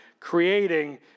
Creating